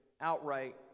outright